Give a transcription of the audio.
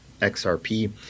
XRP